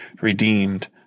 redeemed